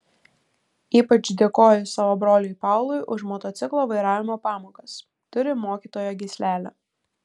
ypač dėkoju savo broliui paului už motociklo vairavimo pamokas turi mokytojo gyslelę